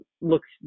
looks